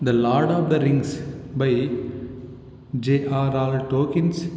the Lord of the Rings by J R R Tolkien's